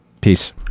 peace